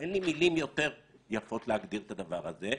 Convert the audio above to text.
אין לי מילים יותר יפות להגדיר את הדבר הזה,